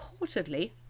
reportedly